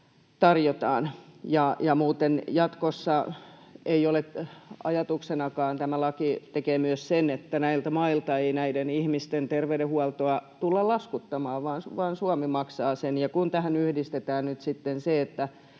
tarjotaan. Ja muuten jatkossa ei ole ajatuksenakaan — tämä laki tekee myös sen — että näiltä mailta ei näiden ihmisten terveydenhuoltoa tulla laskuttamaan, vaan Suomi maksaa sen, ja kun tähän yhdistetään nyt sitten se, että